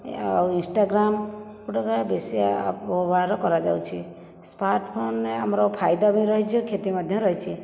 ଆଉ ଇନ୍ସଟାଗ୍ରାମ ଗୋଟାକ ବେଶୀ ଆପ୍ ବ୍ୟବହାର କରାଯାଉଛି ସ୍ମାର୍ଟଫୋନରେ ଆମର ଫାଇଦା ବି ରହିଛି କ୍ଷତି ମଧ୍ୟ ରହିଛି